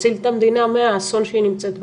תציל את המדינה מהאסון שהיא נמצאת בו,